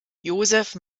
joseph